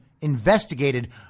investigated